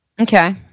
Okay